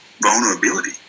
vulnerability